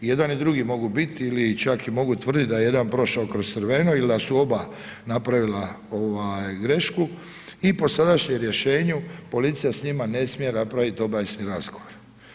I jedan i drugi mogu biti ili čak i mogu tvrditi da je jedan prošao kroz crveno ili da su oba napravila grešku i po sadašnjem rješenju policija s njima ne smije napraviti obavijesni razgovor.